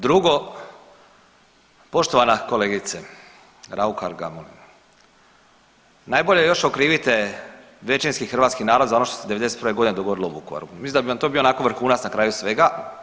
Drugo, poštovana kolegice Raukar Gamulin, najbolje još okrivite većinski hrvatski narod za ono što se '91. godine dogodilo u Vukovaru, pa mislim da bi vam to bio onako vrhunac na kraju svega.